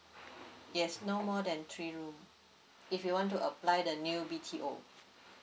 yes no more than three room if you want to apply the new B_T_O